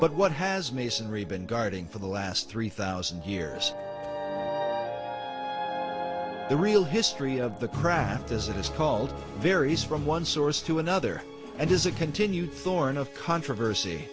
but what has masonry been guarding for the last three thousand years there real history of the craft as it is called varies from one source to another and is a continued thorn of controversy